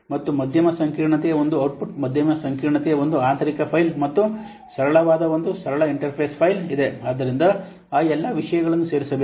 ಮತ್ತು ಮಧ್ಯಮ ಸಂಕೀರ್ಣತೆಯ ಒಂದು ಔಟ್ಪುಟ್ ಮಧ್ಯಮ ಸಂಕೀರ್ಣತೆಯ ಒಂದು ಆಂತರಿಕ ಫೈಲ್ ಮತ್ತು ಸರಳವಾದ ಒಂದು ಸರಳ ಇಂಟರ್ಫೇಸ್ ಫೈಲ್ ಇದೆ ಆದ್ದರಿಂದ ಆ ಎಲ್ಲ ವಿಷಯಗಳನ್ನು ಸೇರಿಸಬೇಕು